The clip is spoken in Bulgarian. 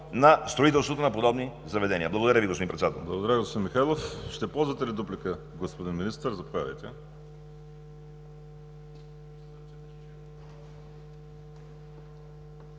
на строителството на подобни заведения. Благодаря Ви, господин Председател.